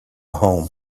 home